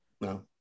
no